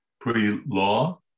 pre-law